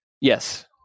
Yes